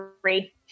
three